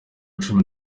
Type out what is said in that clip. cumi